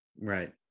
Right